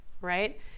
Right